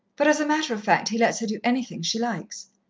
but as a matter of fact, he lets her do anything she likes.